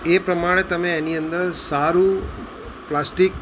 એ પ્રમાણે તમે એની અંદર સારું પ્લાસ્ટિક